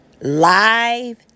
live